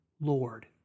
Lord